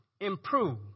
improve